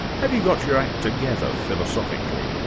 have you got your act together philosophically?